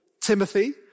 Timothy